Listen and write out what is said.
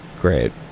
great